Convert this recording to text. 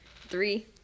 Three